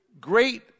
great